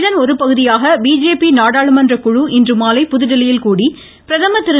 இதன் ஒருபகுதியாக பிஜேபி நாடாளுமன்ற குழு இன்றுமாலை புதுதில்லியில் கூடி பிரதமர் திரு